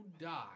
die